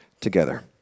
together